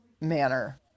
manner